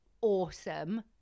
awesome